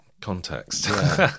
context